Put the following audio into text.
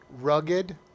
rugged